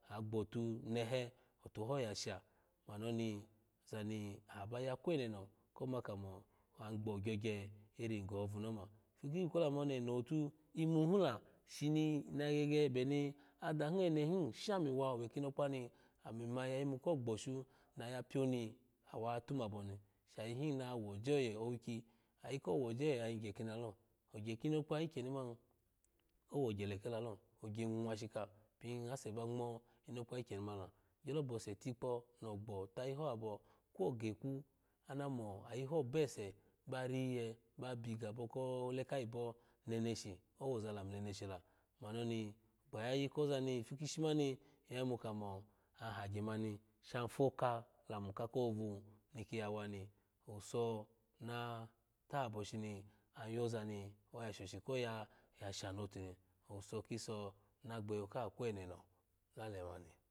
Gbote nehe atuho yu sha mami oni oza ni aba ya kwenono koma kamo agbo ayogye iri gohobo nima ki bipupu ko lumuni ema otu imu lola shimo ebe ni ada hi enehi shamawa owe kinoka mi ami ma ya yinmu ko gboshu na ya piyoni niwatomabo i shayihi nawa woje owiki ayi ko woje ayighe kilal ogye kinaka ikeni mani owogye leke kke lalo ogye mwashika pini ase banagmo inokpo ikyenu mu ogyo bos tikpo tayi ho abo kwo geku ana mo ayiho bose ba rye babigabo kole kayibo meneshi owozu lamu neneshi la mani oni gbu yayi koza nipu kishi mani yayimu kamo hagye mani shafaka lamu ko koholo ni ki yawa ni owuso u lahobo shini ayoza ni oya shoshi ko ya sharutu oweso kiso na gheho ka kwenono nalemani